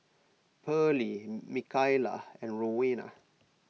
Pearly Mikaila and Rowena